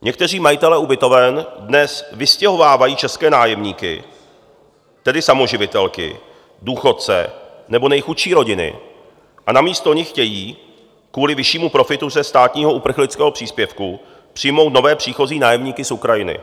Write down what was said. Někteří majitelé ubytoven dnes vystěhovávají české nájemníky, tedy samoživitelky, důchodce nebo nejchudší rodiny, a namísto nich chtějí kvůli vyššímu profitu ze státního uprchlického příspěvku přijmout nové příchozí nájemníky z Ukrajiny.